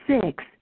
six